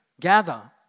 gather